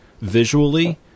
visually